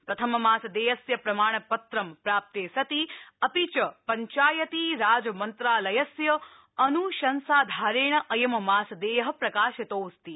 प्रथममासदेयस्य प्रमाणपत्र प्राप्ते सति अपि च पञ्चायती राज मन्त्रालयस्य अनुशंसाधारेण अयं मासदेय प्रकाशितोऽस्ति